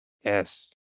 Yes